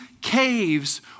caves